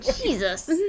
Jesus